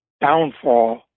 downfall